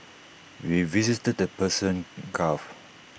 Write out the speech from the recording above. we visited the Persian gulf